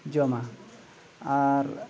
ᱡᱚᱢᱟ ᱟᱨ